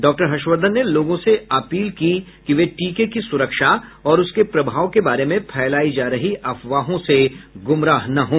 doctor Harshvardhan ने लोगों से अपील की कि वे टीके की सुरक्षा और उसके प्रभाव के बारे में फैलाई जा रही अफवाहों से गुमराह ना हों